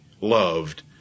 loved